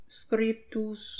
scriptus